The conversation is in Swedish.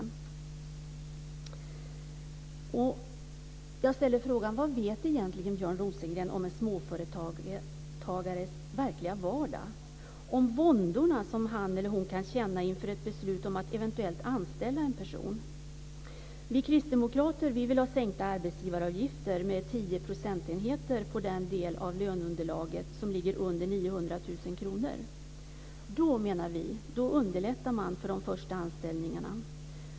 Och jag ställer frågan: Vad vet egentligen Björn Rosengren om småföretagares verkliga vardag, om våndorna som han eller hon kan känna inför ett beslut om att eventuellt anställa en person? Vi kristdemokrater vill ha sänkta arbetsgivaravgifter med 10 procentenheter på den del av löneunderlaget som ligger under 900 000 kr. Då, menar vi, underlättar man för de första anställningarna.